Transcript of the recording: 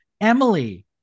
Emily